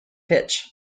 pitch